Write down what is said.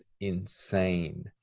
insane